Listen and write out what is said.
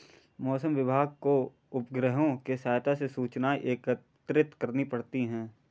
मौसम विभाग को उपग्रहों के सहायता से सूचनाएं एकत्रित करनी पड़ती है